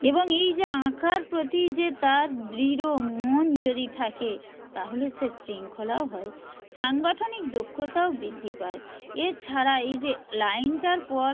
এবং এই যে আঁকার প্রতি যে তার দৃঢ় মন যদি থাকে তাহলে সে শৃঙ্খলাও হয় সাংগঠনিক দক্ষতাও বৃদ্ধি পায় এছাড়া এই যে লাইনটার পর